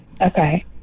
Okay